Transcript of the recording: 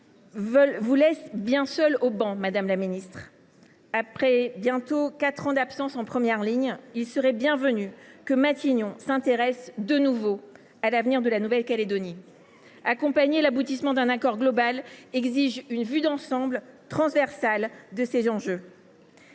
vous laissent bien seule au banc, madame la ministre. Après bientôt quatre ans d’absence en première ligne, il serait bienvenu que Matignon s’intéresse de nouveau à l’avenir de la Nouvelle Calédonie. Accompagner l’aboutissement d’un accord global exige une vue d’ensemble transversale de ses enjeux.